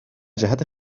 جهت